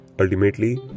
Ultimately